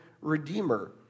redeemer